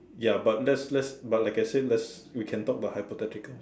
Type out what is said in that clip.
ya but let's let's but like I said let's we can talk about hypotheticals